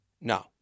No